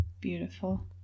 Beautiful